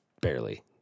barely